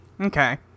Okay